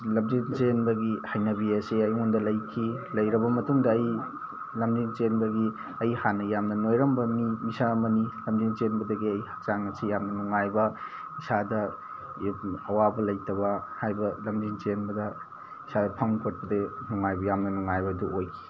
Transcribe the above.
ꯂꯝꯖꯦꯟ ꯆꯦꯟꯕꯒꯤ ꯍꯩꯅꯕꯤ ꯑꯁꯦ ꯑꯩꯉꯣꯟꯗ ꯂꯩꯈꯤ ꯂꯩꯔꯕ ꯃꯇꯨꯡꯗ ꯑꯩ ꯂꯝꯖꯦꯟ ꯆꯦꯟꯕꯒꯤ ꯑꯩ ꯍꯥꯟꯅ ꯌꯥꯝꯅ ꯅꯣꯏꯔꯝꯕ ꯃꯤ ꯃꯤꯁꯛ ꯑꯃꯅꯤ ꯂꯝꯖꯦꯟ ꯆꯦꯟꯕꯗꯒꯤ ꯑꯩ ꯍꯛꯆꯥꯡ ꯑꯁꯤ ꯌꯥꯝꯅ ꯅꯨꯉꯥꯏꯕ ꯏꯁꯥꯗ ꯑꯋꯥꯕ ꯂꯩꯇꯕ ꯍꯥꯏꯕ ꯂꯝꯖꯦꯟ ꯆꯦꯟꯕꯗ ꯏꯁꯥꯗ ꯐꯝ ꯈꯣꯠꯄꯗ ꯅꯨꯉꯥꯏꯕ ꯌꯥꯝꯅ ꯅꯨꯉꯥꯏꯕꯗꯣ ꯑꯣꯏꯈꯤ